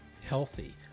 healthy